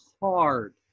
hard